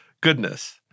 Goodness